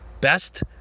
best